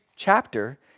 chapter